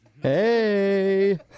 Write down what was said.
Hey